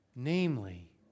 Namely